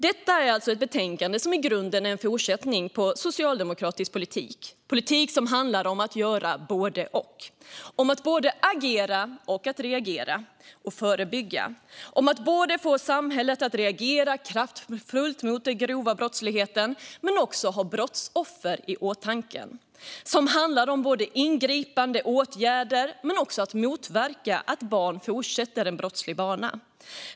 Detta är alltså ett betänkande som i grunden är en fortsättning på socialdemokratisk politik - politik som handlar om att göra både och. Det handlar om att både agera, reagera och förebygga. Det handlar om att få samhället att både reagera kraftfullt mot den grova brottsligheten och ha brottsoffret i åtanke. Det handlar både om ingripande åtgärder och om att motverka att barn fortsätter på en brottslig bana.